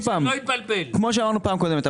כמו שאמרנו בפעם הקודמת,